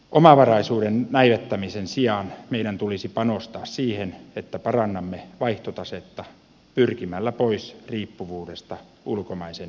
omavaraisuuden näivettämisen sijaan meidän tulisi panostaa siihen että parannamme vaihtotasetta pyrkimällä pois riippuvuudesta ulkomaisen energian tuonnista